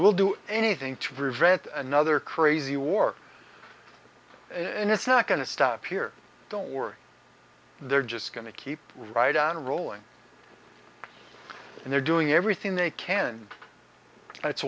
will do anything to prevent another crazy war in it's not going to stop here don't worry they're just going to keep right on rolling and they're doing everything they can that's